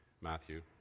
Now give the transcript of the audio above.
Matthew